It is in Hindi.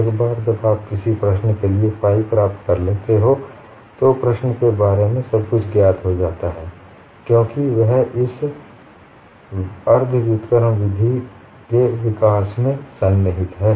एक बार जब आप किसी प्रश्न के लिए फाइ प्राप्त कर लेते हैं तो प्रश्न के बारे में सब कुछ ज्ञात हो जाता है क्योंकि वह इस अर्ध व्युत्क्रम विधि के विकास में सन्निहित है